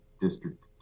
district